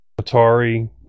Atari